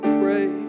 pray